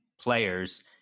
players